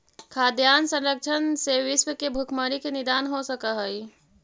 खाद्यान्न संरक्षण से विश्व के भुखमरी के निदान हो सकऽ हइ